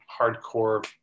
hardcore